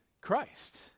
Christ